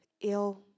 ill